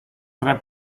tre